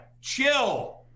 chill